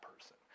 person